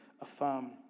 affirm